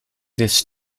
this